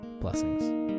Blessings